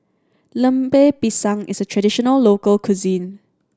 Lemper Pisang is a traditional local cuisine